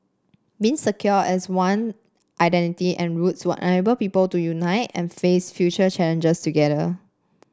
means secure as one identity and roots will enable people to unite and face future challenges together